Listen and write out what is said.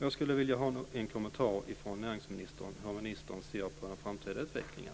Jag skulle vilja ha en kommentar från näringsministern om hur ministern ser på den framtida utvecklingen.